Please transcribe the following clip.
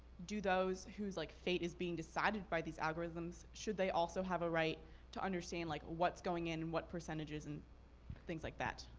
do those whose like fate is being decided by these algorithms, should they also have a right to understand like what's going in and what percentages and things like that?